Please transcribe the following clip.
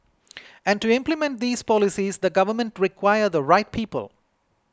and to implement these policies the government require the right people